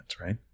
right